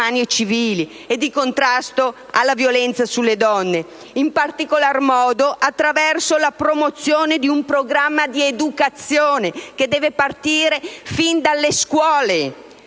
e di contrasto alla violenza sulle donne, in particolar modo attraverso la promozione di un programma di educazione che deve partire fin dalle scuole